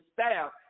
staff